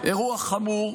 אירוע חמור.